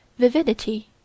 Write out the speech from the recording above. vividity